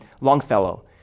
Longfellow